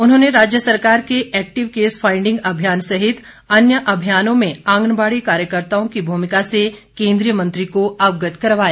उन्होंने राज्य सरकार के एक्टिव केस फाइंडिंग अभियान सहित अन्य अभियानों में आंगनवाड़ी कार्यकर्ताओं की भूमिका से केन्द्रीय मंत्री को अवगत करवाया